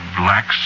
black